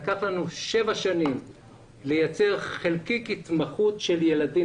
לקח לנו שבע שנים לייצר חלקיק התמחות של ילדים